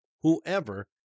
whoever